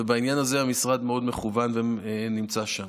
ובעניין הזה המשרד מאוד מכוון ונמצא שם.